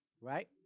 right